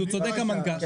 הוא צודק המנכ"ל,